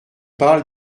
parle